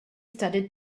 studied